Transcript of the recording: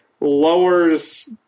lowers